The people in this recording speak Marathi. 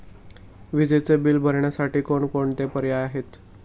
विजेचे बिल भरण्यासाठी कोणकोणते पर्याय आहेत?